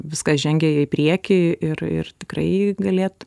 viskas žengia į priekį ir ir tikrai galėt